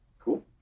Cool